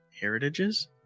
heritages